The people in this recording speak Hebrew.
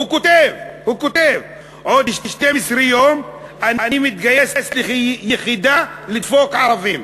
הוא כותב עוד 12 יום אני מתגייס ליחידה לדפוק ערבים.